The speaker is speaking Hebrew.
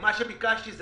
מה שביקשתי זו